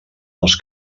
els